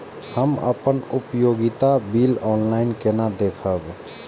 हम अपन उपयोगिता बिल ऑनलाइन केना देखब?